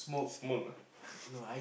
smoke ah